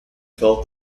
felt